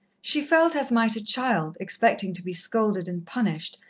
she felt as might a child, expecting to be scolded and punished,